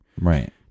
Right